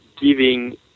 giving